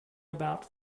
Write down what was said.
about